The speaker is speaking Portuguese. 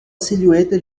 silhueta